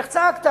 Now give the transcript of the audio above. איך צעקת,